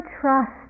trust